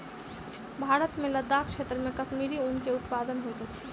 भारत मे लदाख क्षेत्र मे कश्मीरी ऊन के उत्पादन होइत अछि